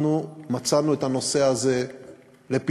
אנחנו מצאנו את הנושא הזה לפתחנו,